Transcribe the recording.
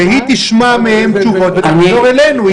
שהיא תשמע מהם תשובות ותחזור אלינו.